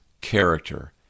character